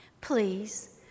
Please